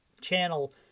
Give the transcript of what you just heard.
channel